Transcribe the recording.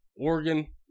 Oregon